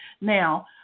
Now